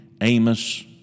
Amos